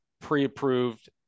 pre-approved